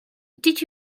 did